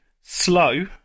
Slow